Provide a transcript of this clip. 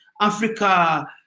Africa